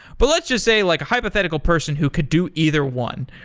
but let's just say like a hypothetical person who could do either one.